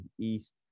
east